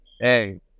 Hey